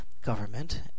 government